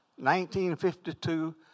1952